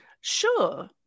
Sure